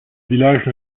village